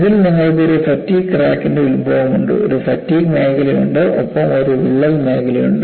ഇതിൽ നിങ്ങൾക്ക് ഒരു ഫാറ്റിഗ് ക്രാക്ക്ൻറെ ഉത്ഭവമുണ്ട് ഒരു ഫാറ്റിഗ് മേഖലയുണ്ട് ഒപ്പം ഒരു വിള്ളൽ മേഖലയുമുണ്ട്